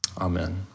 Amen